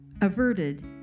averted